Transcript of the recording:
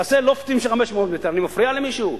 תעשה "לופטים" של 500 מטר, אני מפריע למישהו?